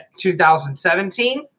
2017